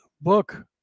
book